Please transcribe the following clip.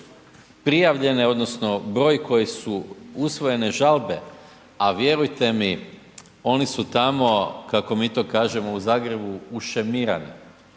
prijavljene odnosno broj koje su usvojene žalbe, a vjerujte mi oni su tamo kako mi to kažemo u Zagrebu ušemirani.